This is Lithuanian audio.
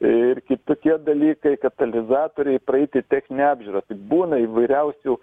ir kitokie dalykai katalizatoriai praeiti techninę apžiūrą būna įvairiausių